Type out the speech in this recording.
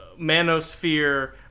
manosphere